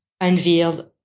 unveiled